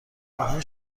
آنها